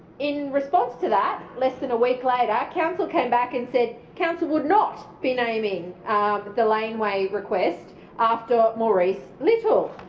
in response to that, less than a week like later council came back and said council would not be naming the laneway request after maurice little.